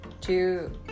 Two